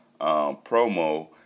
promo